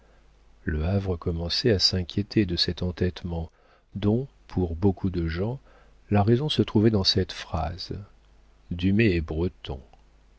le havre commençait à s'inquiéter de cet entêtement dont pour beaucoup de gens la raison se trouvait dans cette phrase